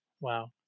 wow